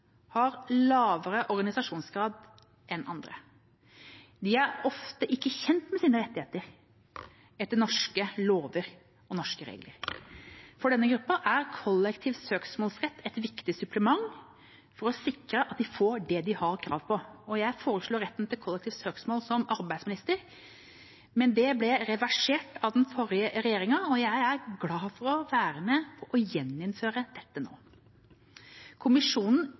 har lavere organisasjonsgrad enn andre. De er ofte ikke kjent med sine rettigheter etter norske lover og regler. For denne gruppen er kollektiv søksmålsrett et viktig supplement for å sikre at de får det de har krav på. Jeg foreslo retten til kollektivt søksmål som arbeidsminister, men det ble reversert av den forrige regjeringa, og jeg er glad for å kunne være med på å gjeninnføre dette nå. Kommisjonen